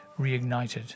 reignited